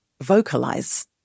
Vocalize